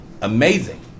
Amazing